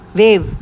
wave